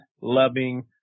loving